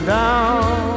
down